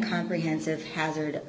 comprehensive hazard